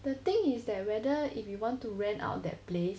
the thing is that whether if you want to rent out that place